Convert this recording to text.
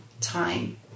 time